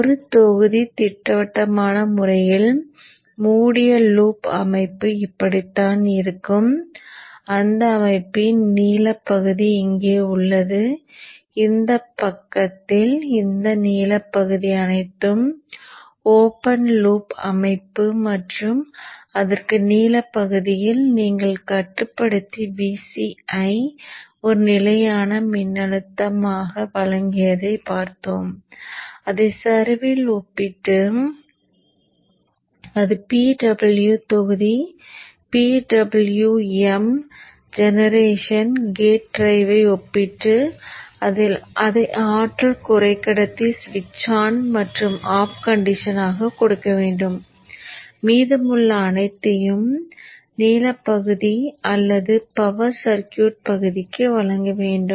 ஒரு தொகுதி திட்டவட்டமான முறையில் மூடிய லூப் அமைப்பு இப்படித்தான் இருக்கும் அந்த அமைப்பின் நீலப் பகுதி இங்கே உள்ளது இந்தப் பக்கத்தில் இந்த நீலப் பகுதி அனைத்தும் ஓப்பன் லூப் அமைப்பு மற்றும் அதற்கு நீலப் பகுதியில் நீங்கள் கட்டுப்படுத்தி Vc யை ஒரு நிலையான மின்னழுத்தமாக வழங்கியதைக் பார்த்தோம் அதை சரிவில் ஒப்பிட்டு அது PW தொகுதி PWM ஜெனரேஷன் கேட் டிரைவை ஒப்பிட்டு அதை ஆற்றல் குறைக்கடத்தி சுவிட்ச் ஆன் மற்றும் ஆஃப் கண்டிஷனாகக் கொடுக்க வேண்டும் மீதமுள்ள அனைத்தையும் நீலப் பகுதி அல்லது பவர் சர்க்யூட் பகுதிக்கு வழங்க வேண்டும்